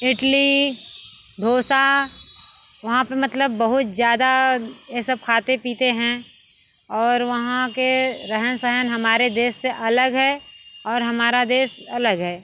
इडली डोसा वहाँ पर मतलब बहुत ज़्यादा ये सब खाते पीते हैं और वहाँ का रहन सहन हमारे देश से अलग है और हमारा देश अलग है